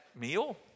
meal